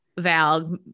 val